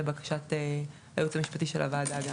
לבקשת הייעוץ המשפטי של הוועדה.